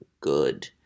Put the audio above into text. good